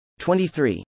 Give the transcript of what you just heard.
23